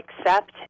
accept